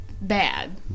bad